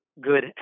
good